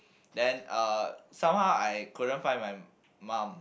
then uh somehow I couldn't find my mum